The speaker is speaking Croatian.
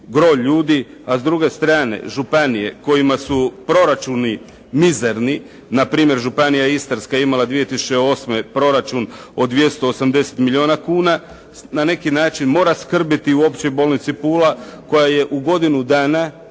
a s druge strane županije kojima su proračuni mizerni, npr. županija Istarska je imala 2008. proračun od 280 milijuna kuna, na neki način mora skrbiti u općoj bolnici Pula koja je u godinu dana,